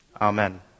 amen